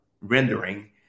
rendering